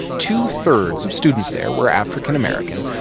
two thirds of students there were african american,